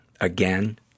again